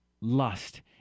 Lust